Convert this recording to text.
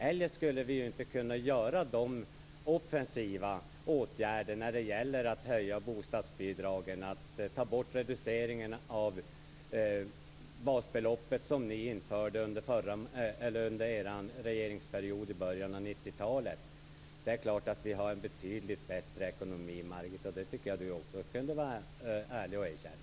Eljest skulle vi inte kunna vidta de offensiva åtgärderna att höja bostadsbidragen och ta bort reduceringen av basbeloppet, som ni införde under er regeringsperiod i början av 90-talet. Det är klart att vi har en betydligt bättre ekonomi, Margit. Det tycker jag att Margit också kunde vara ärlig och erkänna.